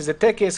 שזה טקס,